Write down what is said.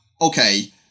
okay